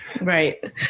Right